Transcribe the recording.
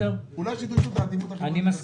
אני ממשיך לנושא הבא: מתווה הסיוע בארנונה לעסקים